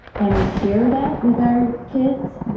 and we share that with our kids,